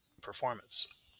performance